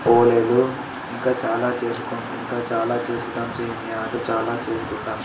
పోలీలు ఇంకా చాలా చేసుకుంటాం ఇంకా చాలా చేసుకుంటాం సేమియా అంటూ చాలా చేసుకుంటాం